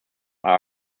are